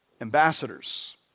ambassadors